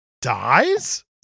dies